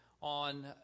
on